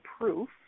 proof